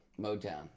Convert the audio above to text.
Motown